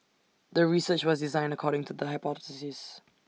the research was designed according to the hypothesis